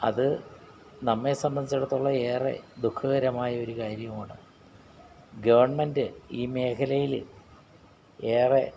അത് നമ്മെ സംബന്ധിച്ചിടത്തോളം ഏറെ ദുഖകരമായൊരു കാര്യവുമാണ് ഗവൺമെൻറ്റ് ഈ മേഖലയില് ഏറെ